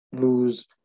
lose